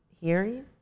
hearing